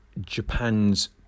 Japan's